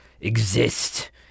exist